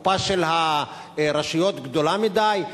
הקופה של הרשויות גדולה מדי?